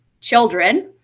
children